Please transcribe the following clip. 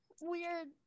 Weird